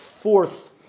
fourth